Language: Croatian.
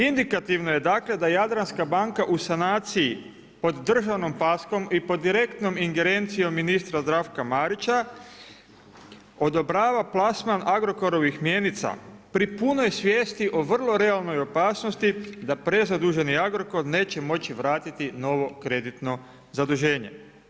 Indikativno je dakle, da Jadranska banka u sanaciji pod državnom paskom i pod direktnom ingerencijom ministra Zdravka Marića odobrava plasman Agrokorovih mjenica pri punoj svijesti o vrlo realnoj opasnosti da prezaduženi Agrokor neće moći vratiti novo kreditno zaduženje.